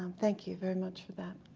um thank you very much for that.